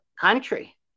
country